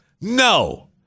no